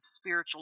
spiritual